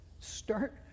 Start